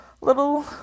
little